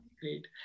great